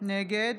נגד